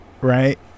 right